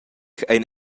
ein